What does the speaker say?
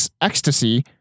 ecstasy